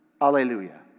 Hallelujah